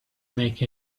make